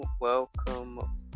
welcome